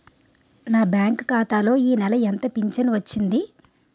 నా బ్యాంక్ ఖాతా లో ఈ నెల ఎంత ఫించను వచ్చింది?